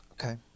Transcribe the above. Okay